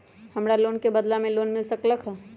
हमरा सोना के बदला में लोन मिल सकलक ह?